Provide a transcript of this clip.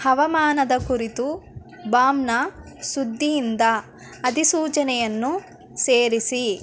ಹವಾಮಾನದ ಕುರಿತು ಬಾಮ್ನಾ ಸುದ್ದಿಯಿಂದ ಅದಿಸೂಚನೆಯನ್ನು ಸೇರಿಸಿ